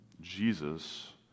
Jesus